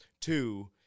two